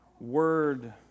word